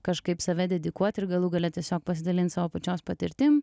kažkaip save dedikuot ir galų gale tiesiog pasidalint savo pačios patirtim